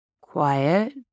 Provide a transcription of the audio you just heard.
quiet